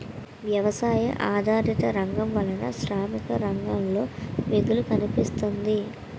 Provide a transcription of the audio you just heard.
వ్యవసాయ ఆధారిత రంగం వలన శ్రామిక రంగంలో మిగులు కనిపిస్తుంది